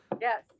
Yes